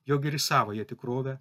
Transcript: jog ir į savąją tikrovę